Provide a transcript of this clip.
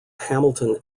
hamilton